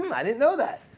um i didn't know that,